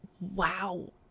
wow